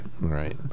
Right